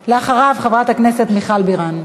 אחריו, חברת הכנסת מיכל בירן.